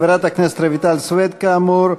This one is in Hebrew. חברת הכנסת רויטל סויד, כאמור,